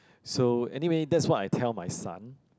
so anyway that's what I tell my son